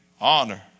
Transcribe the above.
honor